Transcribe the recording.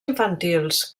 infantils